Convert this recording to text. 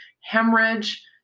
hemorrhage